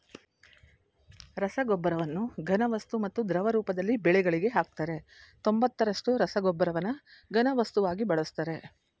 ರಸಗೊಬ್ಬರವನ್ನು ಘನವಸ್ತು ಮತ್ತು ದ್ರವ ರೂಪದಲ್ಲಿ ಬೆಳೆಗಳಿಗೆ ಹಾಕ್ತರೆ ತೊಂಬತ್ತರಷ್ಟು ರಸಗೊಬ್ಬರನ ಘನವಸ್ತುವಾಗಿ ಬಳಸ್ತರೆ